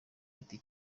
giti